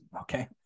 Okay